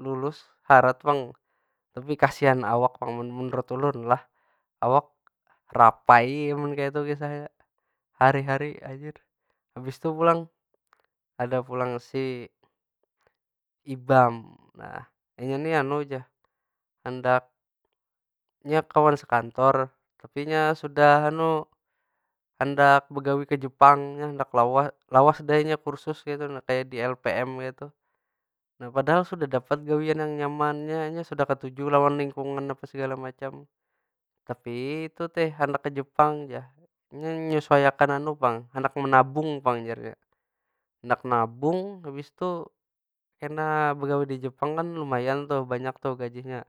Lulus harat pang, tapi kasian awak pang mun menurut ulun lah. Awak rapai amun kaytu kisahnya. Hari- hari anjir. Habis tu pulang, ada pulang si ibam. Nah inya ni jar handak, nya kawan sekantor. Tapi nya sudah handak begawi ke jepang. Nya handak lawas dah inya kursus kaytu nah, kaya di lpm kaytu. Nah padahal sudah dapat gawian nang nyaman. Nya sudah katuju lawan lingkungan apa segala macam. Tapi itu teh handak ke jepang jar. Nya menyesuai akan pang handak menabung pang jar nya. Handak nabung habis tu kena begawi di jepang kan lumayan tuh, banyak tuh gajinya.